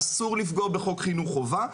אסור לפגוע בחוק חינוך חובה.